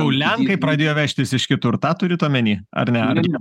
jau lenkai pradėjo vežtis iš kitur tą turit omeny ar ne